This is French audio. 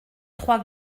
trois